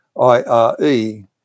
I-R-E